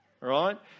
right